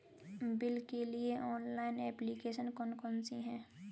Bill के लिए online application कौन कौन सी हैं?